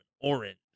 orange